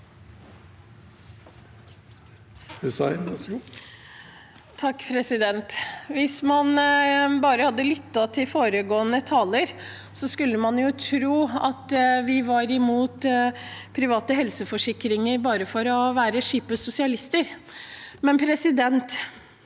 Hvis man bare hadde lyttet til foregående taler, skulle man tro at vi var imot private helseforsikringer bare for å være kjipe sosialister, men når